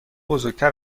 بزرگتر